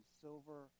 silver